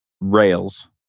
Rails